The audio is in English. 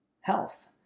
health